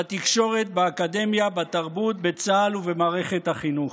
בתקשורת, באקדמיה, בתרבות, בצה"ל ובמערכת החינוך.